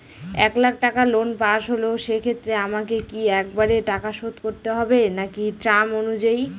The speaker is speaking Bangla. এক লাখ টাকা লোন পাশ হল সেক্ষেত্রে আমাকে কি একবারে টাকা শোধ করতে হবে নাকি টার্ম অনুযায়ী?